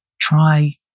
try